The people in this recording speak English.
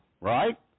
right